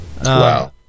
Wow